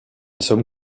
some